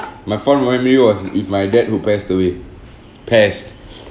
my fond memory was with my dad who passed away passed